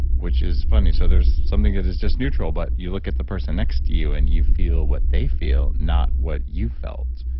which is funny. so there's something that is just neutral, but you look at the person next to you and you feel what they feel not what you felt,